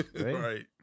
Right